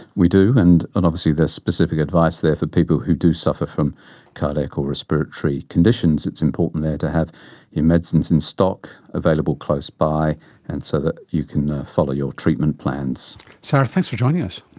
we do, and and obviously there is specific advice there for people who do suffer from cardiac or respiratory conditions, it's important there to have your medicines in stock available close by and so that you can follow your treatment plans. sarath, thanks for joining us.